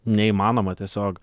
neįmanoma tiesiog